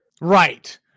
Right